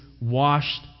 washed